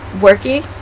working